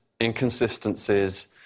inconsistencies